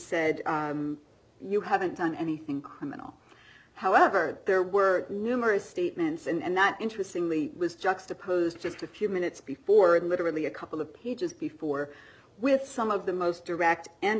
said you haven't done anything criminal however there were numerous statements and that interestingly was juxtaposed just a few minutes before in literally a couple of pages before with some of the most direct and